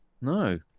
No